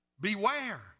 Beware